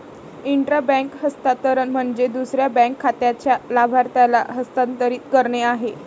intra bank हस्तांतरण म्हणजे दुसऱ्या बँक खात्याच्या लाभार्थ्याला हस्तांतरित करणे आहे